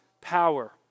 power